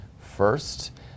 first